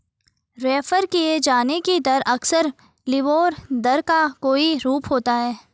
refer किये जाने की दर अक्सर लिबोर दर का कोई रूप होता है